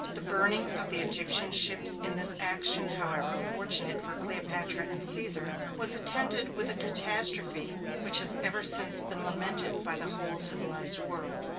the burning of the egyptian ships in this action, however fortunate for cleopatra and caesar, was attended with a catastrophe which has ever since been lamented by the whole civilized world.